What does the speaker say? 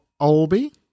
Olby